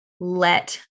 let